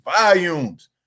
volumes